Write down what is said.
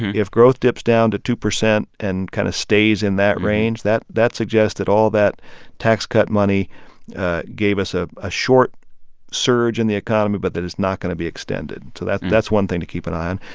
if growth dips down to two percent and kind of stays in that range, that that suggests at all that tax cut money gave us a ah short surge in the economy, but that is not going to be extended. so and that's one thing to keep an eye on.